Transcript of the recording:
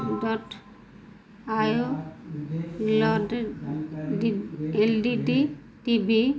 dot आयो लाड D L D D T B